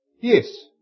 Yes